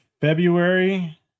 February